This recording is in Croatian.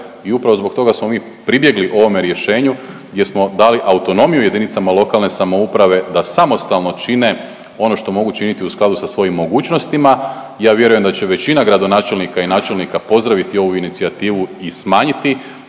i upravo zbog toga smo mi pribjegli ovome rješenju gdje smo dali autonomiju JLS da samostalno čine ono što mogu činiti u skladu sa svojim mogućnostima i ja vjerujem da će većina gradonačelnika i načelnika pozdraviti ovu inicijativu i smanjiti